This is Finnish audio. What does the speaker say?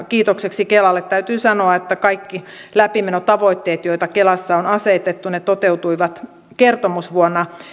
kiitokseksi kelalle täytyy sanoa että kaikki läpimenotavoitteet joita kelassa on asetettu toteutuivat kertomusvuonna